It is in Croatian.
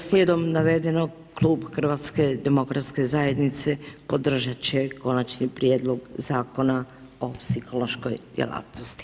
Slijedom navedenog klub HDZ-a podržati će Konačni prijedlog zakona o psihološkoj djelatnosti.